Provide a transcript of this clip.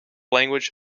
language